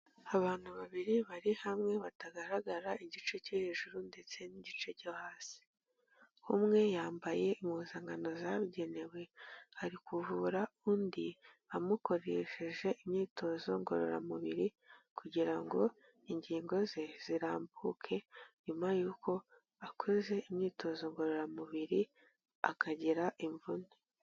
Abantu babiri bari hamwe batagaragara igice cyo hejuru ndetse n'igice cyo hasi, umwe yambaye impuzankano zabugenewe ari kuvura undi amukoresheje imyitozo ngororamubiri kugira ngo ingingo ze zirambuke nyuma yuko akoze imyitozo ngororamubiri akagira imvune.